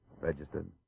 Registered